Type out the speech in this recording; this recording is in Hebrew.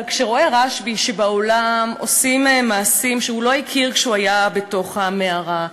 אבל כשראה רשב"י שבעולם עושים מעשים שהוא לא הכיר כשהוא היה בתוך המערה,